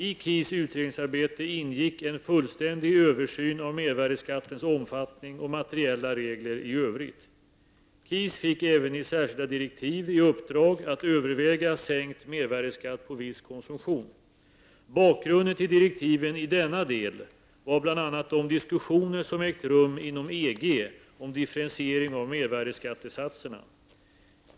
I KIS utredningsarbete ingick en fullständig översyn av mervärdeskattens omfattning och materiella regler i övrigt. KIS fick även i särskilda direktiv i uppdrag att överväga sänkt mervärdeskatt på viss konsumtion. Bakgrunden till direktiven i denna del var bl.a. de diskussioner som ägt rum inom EG om en differentiering av mervärdeskattesatserna.